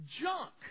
junk